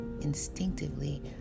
Instinctively